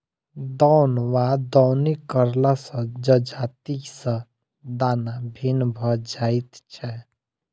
दौन वा दौनी करला सॅ जजाति सॅ दाना भिन्न भ जाइत छै